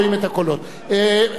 המשיב הוא שר המשפטים?